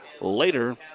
later